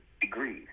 degrees